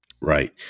right